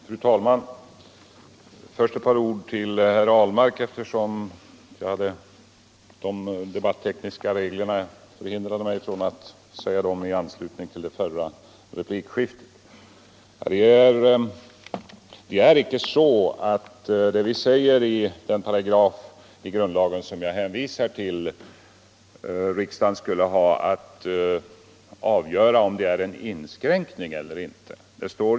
Se Fru talman! Först ett par ord till herr Ahlmark, eftersom de debatt = Frioch rättigheter i tekniska reglerna hindrade mig från att få ordet i anslutning till det förra — grundlag replikskiftet. Det vi säger i den paragraf som jag hänvisar till är icke att riksdagen skall avgöra om kraven innebär en inskränkning av frioch rättigheterna eller inte.